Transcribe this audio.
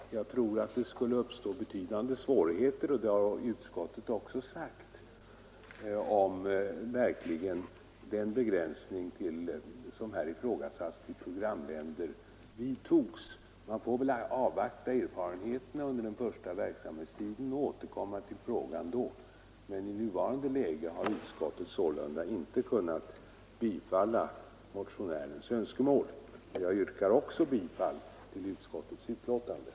Jag tror att det skulle uppstå betydande svårigheter, och det har utskottet också sagt, om den begränsning som här är ifrågasatt till programländer vidtogs. Vi får väl avvakta erfarenheterna under den första verksamhetstiden och återkomma till frågan sedan, men i nuvarande läge har utskottet sålunda inte kunnat biträda motionärernas önskemål. Jag yrkar bifall till utskottets hemställan.